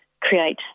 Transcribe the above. create